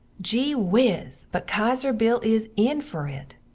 gee whiz but kaiser bill is in fer it!